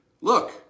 look